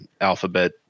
alphabet